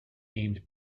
aimed